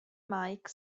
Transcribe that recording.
mike